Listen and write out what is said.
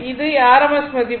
இது rms மதிப்பு